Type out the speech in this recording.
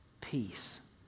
peace